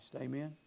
Amen